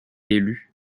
élu